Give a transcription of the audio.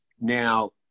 now